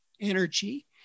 energy